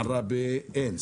עראבה אין,